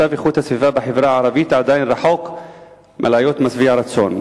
מצב איכות הסביבה בחברה הערבית עדיין רחוק מלהיות משביע רצון.